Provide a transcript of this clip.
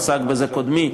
עסק בזה קודמי,